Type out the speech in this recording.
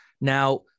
Now